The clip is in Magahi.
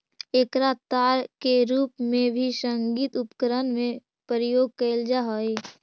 एकरा तार के रूप में भी संगीत उपकरण में प्रयोग कैल जा हई